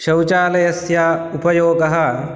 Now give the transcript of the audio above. शौचालयस्य उपयोगः